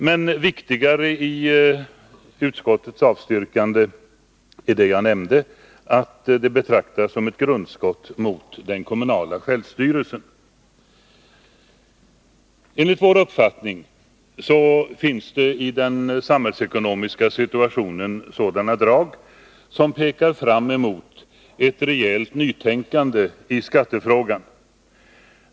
Men viktigare i utskottets avstyrkande är, som jag nämnde, att införandet av en statskommunal enhetsskatt betraktas som ett grundskott mot den kommunala självstyrelsen. I Enligt vår uppfattning finns det i den samhällsekonomiska situationen sådana drag som pekar fram mot ett rejält nytänkande i skattefrågan.